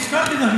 הסכמתי איתך.